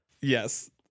Yes